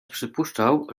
przypuszczał